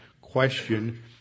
question